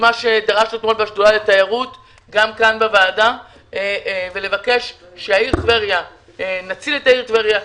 מה שדרשנו אתמול בשדולה לתיירות ולבקש שנציל את העיר טבריה,